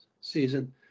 season